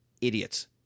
Idiots